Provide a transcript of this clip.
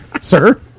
sir